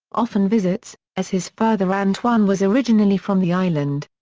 often visits, as his father antoine was originally from the island.